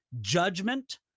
judgment